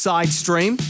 Sidestream